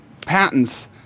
patents